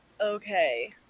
Okay